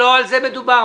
לא על זה מדובר.